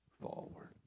forward